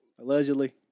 Allegedly